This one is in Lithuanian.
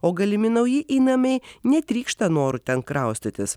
o galimi nauji įnamiai netrykšta noru ten kraustytis